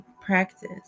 practice